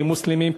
כמוסלמים,